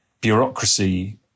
bureaucracy